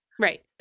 Right